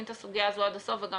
את הסוגיה הזו עד הסוף וגם לתת מענה.